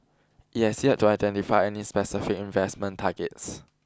it has yet to identify any specific investment targets